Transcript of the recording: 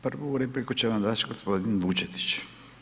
Prvu repliku će vam dati g. Vučetić.